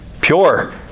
Pure